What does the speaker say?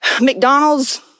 McDonald's